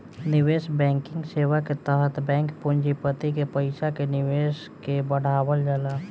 निवेश बैंकिंग सेवा के तहत बैंक पूँजीपति के पईसा के निवेश के बढ़ावल जाला